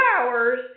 hours